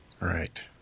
Right